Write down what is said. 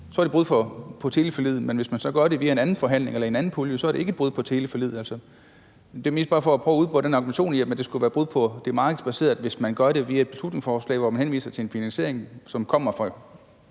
er det et brud på teleforliget, men hvis man så gør det via en anden forhandling eller via en anden pulje, er det ikke et brud på teleforliget. Altså, det er mest bare for at få udboret den argumentation om, at det skulle være et brud på det markedsbaserede, hvis man gør det via et beslutningsforslag, hvor man henviser til en finansiering, som kommer fra